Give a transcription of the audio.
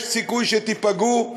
יש סיכוי שתיפגעו,